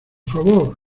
favor